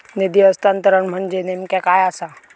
निधी हस्तांतरण म्हणजे नेमक्या काय आसा?